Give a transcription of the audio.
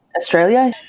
Australia